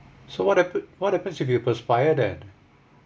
so what happen what happens if you perspire then